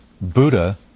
Buddha